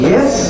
Yes